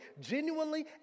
genuinely